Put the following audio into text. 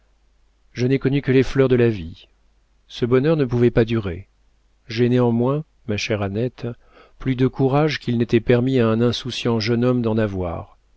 je n'ai connu que les fleurs de la vie ce bonheur ne pouvait pas durer j'ai néanmoins ma chère annette plus de courage qu'il n'était permis à un insouciant jeune homme d'en avoir